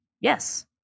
yes